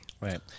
Right